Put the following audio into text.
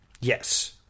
Yes